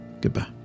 Goodbye